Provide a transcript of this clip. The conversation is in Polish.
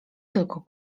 tylko